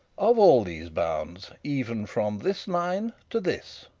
of all these bounds, even from this line to this,